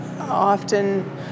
often